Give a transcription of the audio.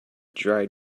dried